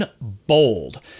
bold